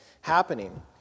happening